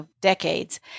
decades